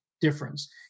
difference